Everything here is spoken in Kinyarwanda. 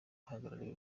bahagarariye